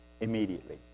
immediately